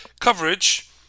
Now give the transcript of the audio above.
coverage